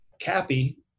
Cappy